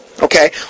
Okay